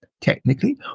technically